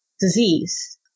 disease